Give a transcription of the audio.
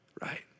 Right